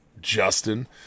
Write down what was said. Justin